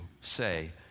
say